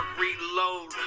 reload